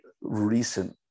recent